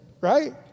right